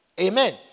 Amen